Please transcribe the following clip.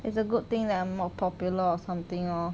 it's a good thing that I'm not popular or something orh